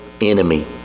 enemy